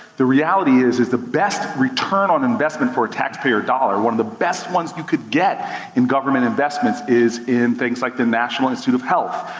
the reality is, is the best return on investment for a tax payer dollar, one of the best ones you could get in government investments is in things like the national institute of health,